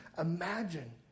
imagine